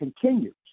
continues